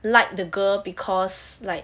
like the girl because like